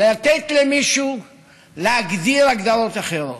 לתת למישהו להגדיר הגדרות אחרות.